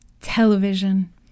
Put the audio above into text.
Television